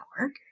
work